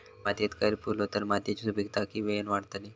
मातयेत कैर पुरलो तर मातयेची सुपीकता की वेळेन वाडतली?